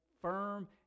firm